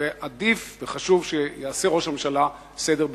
ועדיף וחשוב שיעשה ראש הממשלה סדר בביתו.